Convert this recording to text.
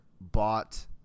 bought